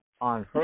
on